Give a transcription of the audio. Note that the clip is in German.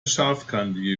scharfkantige